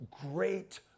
great